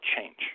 change